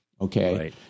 okay